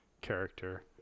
character